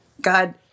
God